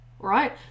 right